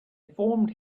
formed